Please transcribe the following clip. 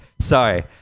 sorry